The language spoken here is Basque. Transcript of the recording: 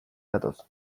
datoz